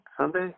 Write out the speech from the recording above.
Sunday